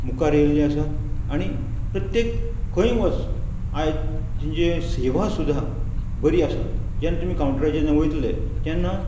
मुखार येयल्ली आसा आनी प्रत्येक खंय वस आयज तेंची सेवा सुद्दां बरी आसा जेन्ना तुमी कावंटराचेर वयतले तेन्ना